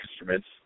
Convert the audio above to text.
instruments